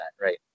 Right